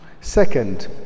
second